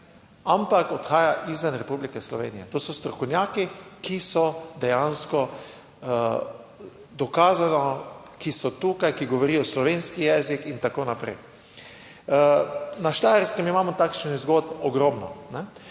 ampak odhaja izven Republike Slovenije. To so strokovnjaki, ki so dejansko dokazano, ki so tukaj, ki govorijo slovenski jezik in tako naprej. Na Štajerskem imamo takšnih zgodb ogromno.